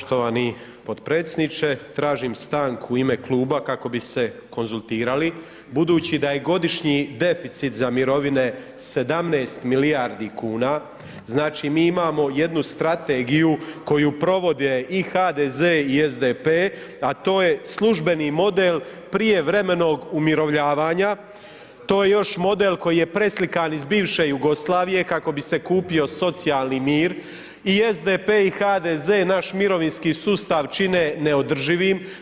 Poštovani potpredsjedniče tražim stanku u ime kluba kako bi se konzultirali budući da je godišnji deficit za mirovine 17 milijardi kuna, znači mi imamo jednu strategiju koju provode i HDZ i SDP, a to je službeni model prijevremenog umirovljavanja, to je još model koji je preslikan iz bivše Jugoslavije kako bi se kupio socijalni mir i SDP i HDZ i naš mirovinski sustav čine neodrživim.